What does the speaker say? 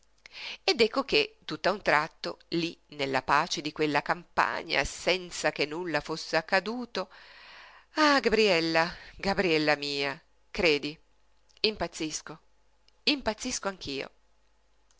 ed ecco che tutt'a un tratto lí nella pace di quella campagna senza che nulla fosse accaduto ah gabriella gabriella mia credi impazzisco impazzisco anch'io